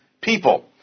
people